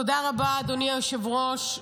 תודה רבה, אדוני היושב-ראש.